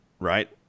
right